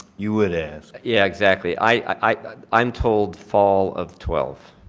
you would ask. yeah, exactly. i'm i'm told fall of twelfth.